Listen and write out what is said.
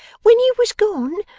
when you was gone,